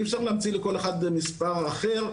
אי אפשר להמציא לכל אחד מספר אחר,